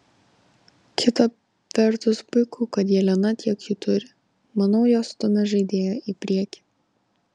kita vertus puiku kad jelena tiek jų turi manau jos stumia žaidėją į priekį